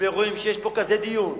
ורואים שיש פה כזה דיון,